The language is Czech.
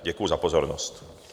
Děkuji za pozornost.